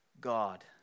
God